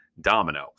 domino